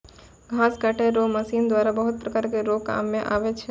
घास काटै रो मशीन द्वारा बहुत प्रकार रो काम मे आबै छै